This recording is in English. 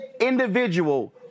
individual